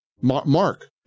Mark